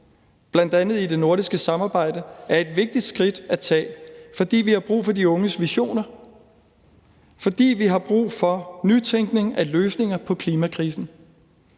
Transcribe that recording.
bl.a. i det nordiske samarbejde, er et vigtigt skridt at tage, fordi vi har brug for de unges visioner, og fordi vi har brug for nytænkning af løsninger på klimakrisen.